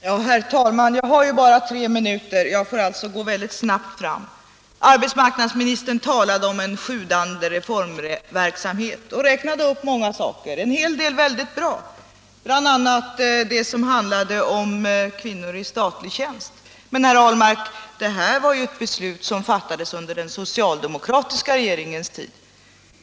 Herr talman! Jag har ju bara tre minuter på mig och måste alltså gå fram väldigt snabbt. Arbetsmarknadsministern talade om en sjudande reformverksamhet och räknade upp många saker. En hel del är väldigt bra, bl.a. det som handlar om kvinnor i statlig tjänst. Men, herr Ahlmark, det här är ju ett beslut som fattades under den socialdemokratiska regeringens tid.